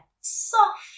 soft